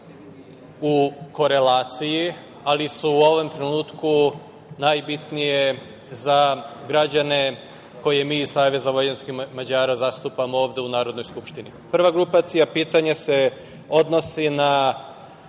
u korelaciji, ali se u ovom trenutku najbitnije za građane koje mi iz Saveza za vojvođanskih Mađara zastupamo ovde u Narodnoj skupštini. Prva grupacija pitanje se odnosi na